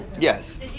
Yes